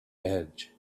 edge